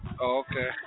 okay